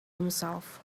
himself